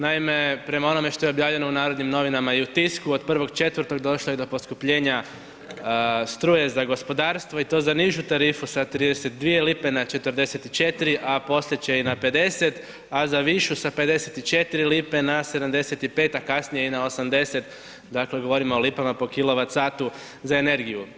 Naime, prema onome što je objavljeno u Narodnim novinama i u Tisku, od 1.4. došlo je do poskupljenja struje za gospodarstvo i to za nižu tarifu sa 32 lipe na 44, a poslije će i na 50, a za višu sa 54 lipe na 75, a kasnije i na 80, dakle, govorimo o lipama po kwh za energiju.